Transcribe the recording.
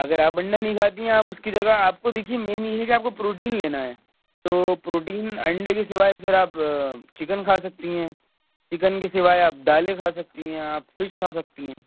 اگر آپ انڈا نہیں کھاتی ہیں آپ اس کی جگہ آپ کو دیکھیے مین یہ ہے کہ آپ کو پروٹین لینا ہے تو پروٹین انڈے کے سوائے پھر آپ چکن کھا سکتی ہیں چکن کے سوائے آپ دالیں کھا سکتی ہیں آپ فش کھا سکتی ہیں